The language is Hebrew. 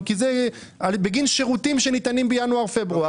כי זה בגין שירותים שניתנים בינואר-פברואר,